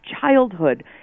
childhood